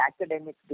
academic